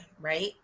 right